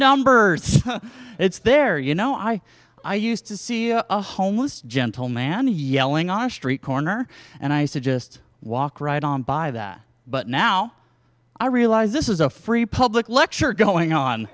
numbers it's there you know i i used to see a homeless gentle man yelling on a street corner and i said just walk right on by that but now i realize this is a free public lecture going on